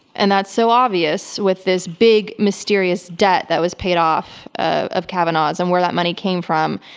and that's so obvious with this big mysterious debt that was paid off of kavanaugh's and where that money came from.